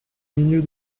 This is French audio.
milieu